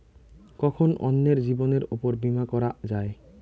কখন অন্যের জীবনের উপর বীমা করা যায়?